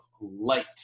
light